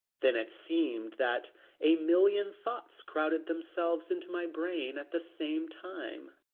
then it seemed that a million thoughts crowded themselves into my brain at the same time.